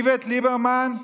איווט ליברמן,